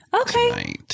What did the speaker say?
Okay